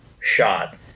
shot